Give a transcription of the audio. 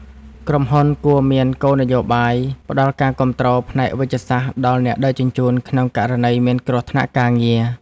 ក្រុមហ៊ុនគួរមានគោលនយោបាយផ្ដល់ការគាំទ្រផ្នែកវេជ្ជសាស្ត្រដល់អ្នកដឹកជញ្ជូនក្នុងករណីមានគ្រោះថ្នាក់ការងារ។